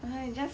!huh! just